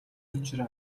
учраа